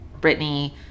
Britney